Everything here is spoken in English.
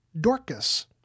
Dorcas